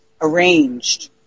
arranged